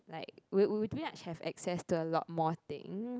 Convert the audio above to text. like we we pretty much have access to a lot more thing